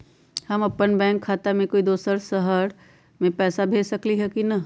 हम अपन बैंक खाता से कोई दोसर शहर में पैसा भेज सकली ह की न?